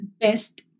best